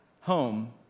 home